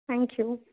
thank you